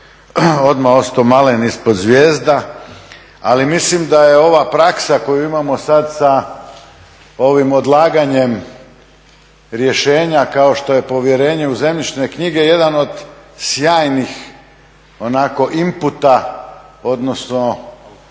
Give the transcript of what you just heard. odmah ostao malen ispod zvijezda ali mislim da je ova praksa koju imamo sad sa ovim odlaganjem rješenja kao što je povjerenje u zemljišne knjige jedan od sjajnih onako imputa odnosno